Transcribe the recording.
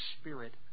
Spirit